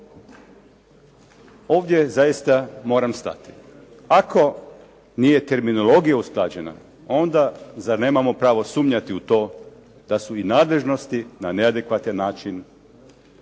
Ovdje zaista moram stati. Ako nije terminologija usklađena, onda zar nemamo pravo sumnjati u to da su i nadležnosti na neadekvatan način podijeljene